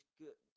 good